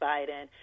Biden